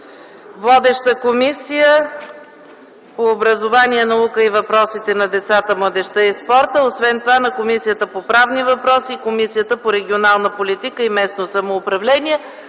– Комисията по образованието, науката и въпросите на децата, младежта и спорта, освен това на Комисията по правни въпроси и на Комисията по регионална политика и местно самоуправление.